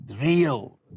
real